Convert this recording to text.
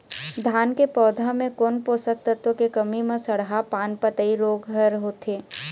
धान के पौधा मे कोन पोषक तत्व के कमी म सड़हा पान पतई रोग हर होथे?